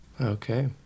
Okay